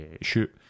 shoot